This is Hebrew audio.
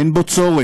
אין בו צורך.